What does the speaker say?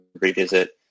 revisit